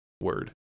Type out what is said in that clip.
word